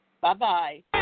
Bye-bye